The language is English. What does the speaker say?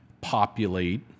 populate